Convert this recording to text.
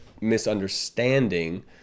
misunderstanding